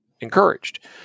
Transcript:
encouraged